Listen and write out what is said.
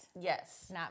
Yes